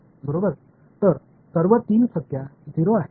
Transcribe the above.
எனவே மூன்று வெளிப்பாடுகளும் 0 ஆகும்